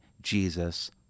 Jesus